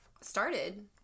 started